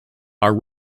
are